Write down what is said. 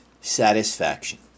satisfaction